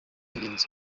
ingenzi